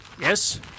Yes